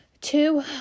Two